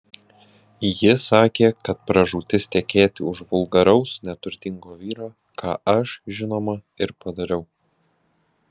ji sakė kad pražūtis tekėti už vulgaraus neturtingo vyro ką aš žinoma ir padariau